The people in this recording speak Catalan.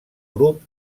grup